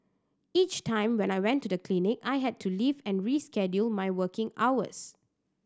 each time when I went to the clinic I had to leave and reschedule my working hours